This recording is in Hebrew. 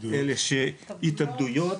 עם התאבדויות,